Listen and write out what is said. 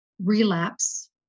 relapse